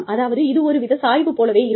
அதாவது இது ஒரு வித சாய்வு போலவே இருக்கும்